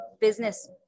business